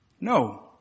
No